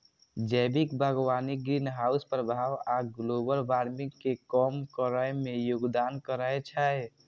जैविक बागवानी ग्रीनहाउस प्रभाव आ ग्लोबल वार्मिंग कें कम करै मे योगदान करै छै